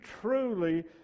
truly